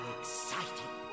exciting